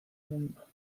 mundo